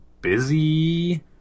busy